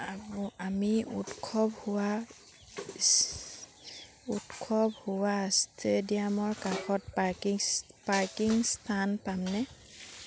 আম আমি উৎসৱ হোৱা উৎসৱ হোৱা ষ্টেডিয়ামৰ কাষত পাৰ্কিং পাৰ্কিং স্থান পামনে